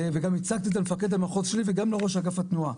וגם הצגתי את זה למפקד המחוז שלי וגם לראש אגף התנועה,